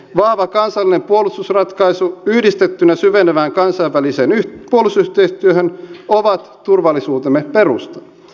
vahva kansallinen puolustusratkaisu yhdistettynä syvenevään kansainväliseen puolustusyhteistyöhön on turvallisuutemme perusta